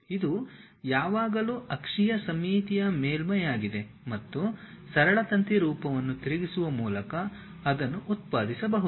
ಇದು ಯಾವಾಗಲೂ ಅಕ್ಷೀಯ ಸಮ್ಮಿತೀಯ ಮೇಲ್ಮೈಯಾಗಿದೆ ಮತ್ತು ಸರಳ ತಂತಿ ರೂಪವನ್ನು ತಿರುಗಿಸುವ ಮೂಲಕ ಅದನ್ನು ಉತ್ಪಾದಿಸಬಹುದು